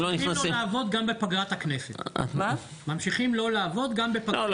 ממשיכים לא לעבוד גם בפגרה --- לא, לא לעניין.